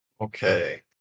Okay